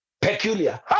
peculiar